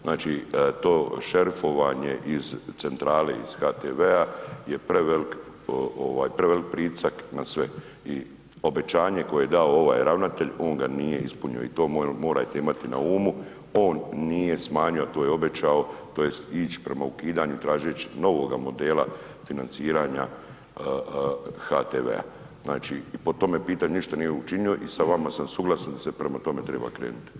Značim to šerifovanje iz centrale, iz HTV-a je prevelik pritisak na sve i obećanje koje je dao ovaj ravnatelj, on ga nije ispunio i to morate imati na umu, on nije smanjio a to je obećao tj. ići prema ukidanju tražeći novoga modela financiranja HTV-a. znači po tome pitanju ništa nije učinio i sa vama sam suglasan da se prema tome treba krenuti.